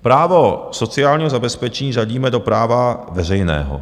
Právo sociálního zabezpečení řadíme do práva veřejného.